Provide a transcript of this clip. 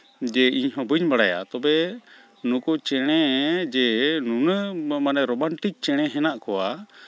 ᱡᱮ ᱤᱧᱦᱚᱸ ᱵᱟᱹᱧ ᱵᱟᱲᱟᱭᱟ ᱛᱚᱵᱮ ᱱᱩᱠᱩ ᱪᱮᱬᱮ ᱡᱮ ᱱᱩᱱᱟᱹᱜ ᱢᱟᱱᱮ ᱨᱳᱢᱟᱱᱴᱤᱠ ᱪᱮᱬᱮ ᱦᱮᱱᱟᱜ ᱠᱚᱣᱟ